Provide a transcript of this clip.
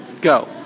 go